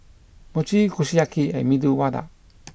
Mochi Kushiyaki and Medu Vada